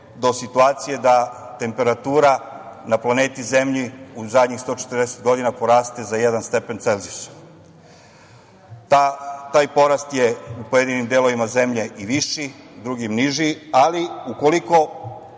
do situacije da temperatura na planeti Zemlji u zadnjih 140 godina poraste za jedan stepen Celzijusov. Taj porast je u pojedinim delovima zemlje i viši, u drugim niži, ali ukoliko